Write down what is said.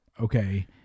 okay